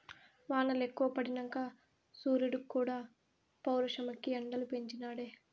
వానలెక్కువ పడినంక సూరీడుక్కూడా పౌరుషమెక్కి ఎండలు పెంచి నాడే